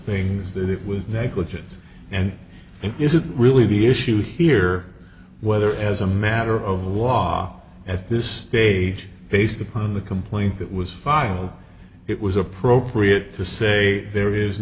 things that it was negligence and it isn't really the issue here whether as a matter of law at this stage based upon the complaint that was filed it was appropriate to say there is